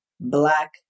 Black